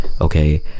okay